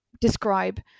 describe